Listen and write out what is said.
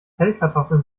pellkartoffeln